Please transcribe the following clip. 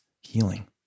healing